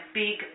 big